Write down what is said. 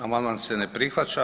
Amandman se ne prihvaća.